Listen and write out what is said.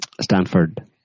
Stanford